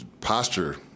posture